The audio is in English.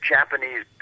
Japanese